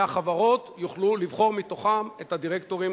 והחברות יוכלו לבחור מתוכם את הדירקטורים